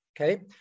okay